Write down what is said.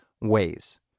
ways